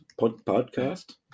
Podcast